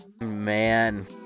man